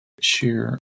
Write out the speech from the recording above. share